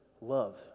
love